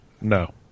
No